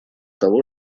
того